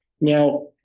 Now